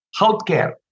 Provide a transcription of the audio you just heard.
healthcare